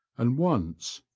and once,